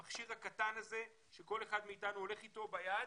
המכשיר הקטן הזה שכל אחד אתנו הולך אתו ביד,